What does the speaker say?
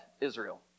Israel